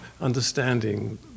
understanding